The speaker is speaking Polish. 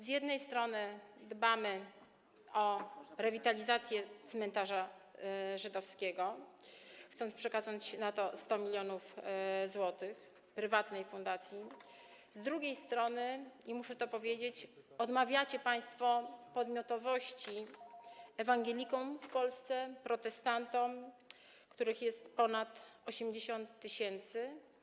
Z jednej strony dbamy o rewitalizację cmentarza żydowskiego, chcemy przekazać na to 100 mln zł prywatnej fundacji, z drugiej strony - i muszę to powiedzieć - odmawiacie państwo podmiotowości ewangelikom w Polsce, protestantom, których jest ponad 80 tys.